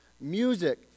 music